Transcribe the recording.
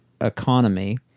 economy